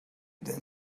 then